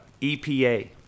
EPA